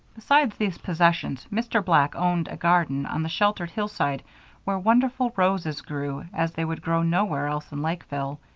besides these possessions, mr. black owned a garden on the sheltered hillside where wonderful roses grew as they would grow nowhere else in lakeville.